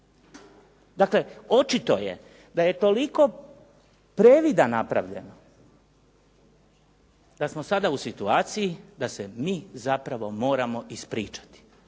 Dakle, očito je da je toliko previda napravljeno kad smo sada u situaciji da se mi zapravo moramo ispričati,